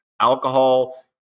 alcohol